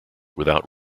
without